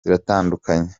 ziratandukanye